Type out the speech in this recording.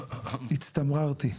הצטמררתי,